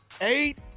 Eight